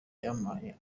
yampaye